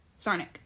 Sarnik